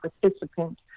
participant